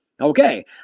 Okay